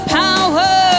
power